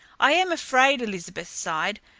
i am afraid, elizabeth sighed,